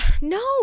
no